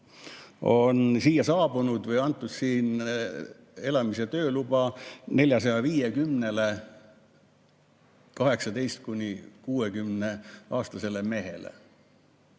on siia saabunud või antud siin elamis- ja tööluba 450-le 18–60‑aastasele mehele.